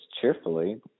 cheerfully